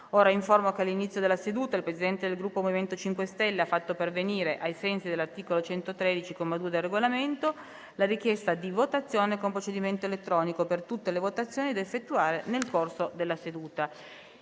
l'Assemblea che all'inizio della seduta il Presidente del Gruppo MoVimento 5 Stelle ha fatto pervenire, ai sensi dell'articolo 113, comma 2, del Regolamento, la richiesta di votazione con procedimento elettronico per tutte le votazioni da effettuare nel corso della seduta.